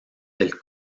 del